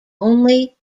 only